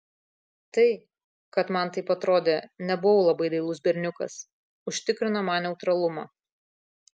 tai kad man taip atrodė nebuvau labai dailus berniukas užtikrino man neutralumą